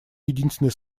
единственный